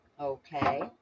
okay